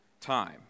time